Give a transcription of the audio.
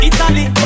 Italy